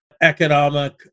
economic